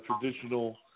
traditional